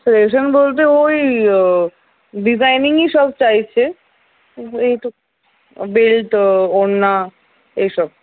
suggestion বলতে ওই ডিজাইনিংই সব চাইছে বেল্ট ও ওড়না এইসব